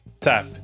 tap